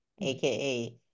aka